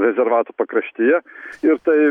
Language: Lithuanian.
rezervato pakraštyje ir tai